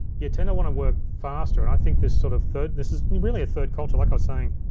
you tend to wanna work faster and i think this sort of third, this is really a third culture, like i was saying.